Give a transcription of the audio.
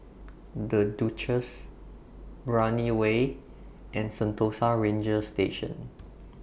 The Duchess Brani Way and Sentosa Ranger Station